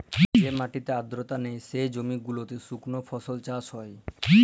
যে মাটিতে আদ্রতা লেই, সে জমি গিলাতে সুকনা ফসল চাষ হ্যয়